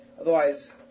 otherwise